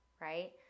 right